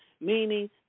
meaning